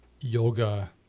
yoga